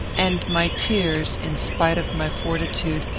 and my tears, in spite of my fortitude,